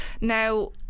now